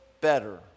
better